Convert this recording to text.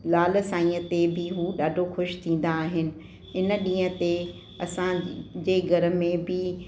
लाल साईअ ते बि उहे ॾाढो ख़ुशि थींदा आहिनि इन ॾींहं ते असां जे घर में बि